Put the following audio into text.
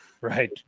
right